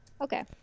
Okay